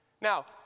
Now